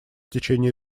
течение